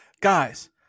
guys